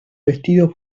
vestido